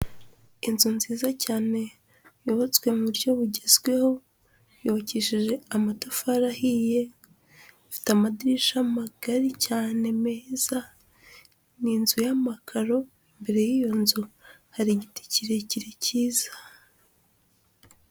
Inzu nziza cyane yubatswe mu buryo bugezweho yubakishije amatafari ahiye, ifite amadirisha magari cyane meza, ni inzu y'amakaro, imbere y'iyo nzu hari igiti kirekire cyiza.